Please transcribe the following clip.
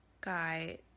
guy